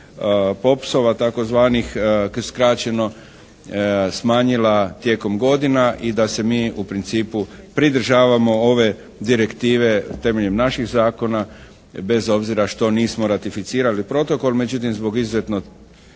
POPS-ova, tzv. skraćeno smanjila tijekom godina i da se mi u principu pridržavamo ove direktive temeljem naših zakona, bez obzira što nismo ratificirali Protokol. Međutim zbog izuzetno